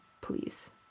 please